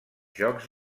jocs